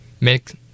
make